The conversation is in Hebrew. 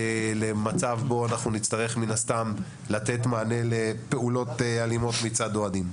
למצב בו נצטרך לתת מענה לפעולות אלימות של אוהדים.